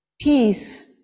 peace